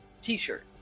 t-shirt